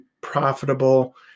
profitable